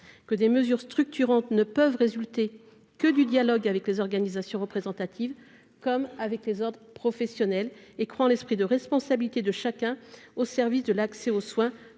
que des mesures structurantes ne sauraient résulter que du dialogue avec les organisations représentatives et avec les ordres professionnels ; elle croit en l'esprit de responsabilité de chacun, au service de l'accès aux soins